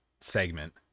segment